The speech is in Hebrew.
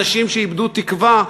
אנשים שאיבדו תקווה,